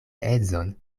edzon